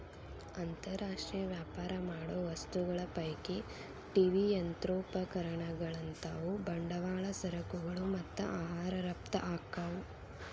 ಅಂತರ್ ರಾಷ್ಟ್ರೇಯ ವ್ಯಾಪಾರ ಮಾಡೋ ವಸ್ತುಗಳ ಪೈಕಿ ಟಿ.ವಿ ಯಂತ್ರೋಪಕರಣಗಳಂತಾವು ಬಂಡವಾಳ ಸರಕುಗಳು ಮತ್ತ ಆಹಾರ ರಫ್ತ ಆಕ್ಕಾವು